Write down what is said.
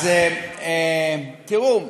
תראו,